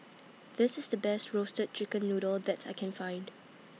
This IS The Best Roasted Chicken Noodle that I Can Find